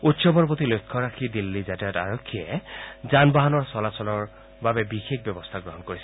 উৎসৱৰ প্ৰতি লক্ষ্য ৰাখি দিল্লী যাতায়ত আৰক্ষীয়ে যান বাহনৰ চলাচলৰ বাবে বিশেষ ব্যৱস্থা গ্ৰহণ কৰিছে